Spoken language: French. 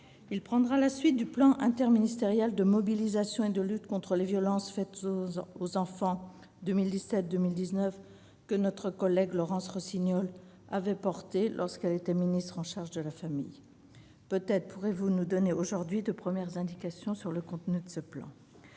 Il prendra la suite du plan interministériel de mobilisation et de lutte contre les violences faites aux enfants 2017-2019 que notre collègue Laurence Rossignol avait mis en place lorsqu'elle était ministre chargée des familles. Peut-être pourrez-vous nous donner aujourd'hui de premières indications sur le contenu de ce plan.